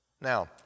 Now